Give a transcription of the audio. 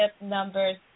numbers